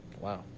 wow